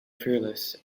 fearless